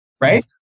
right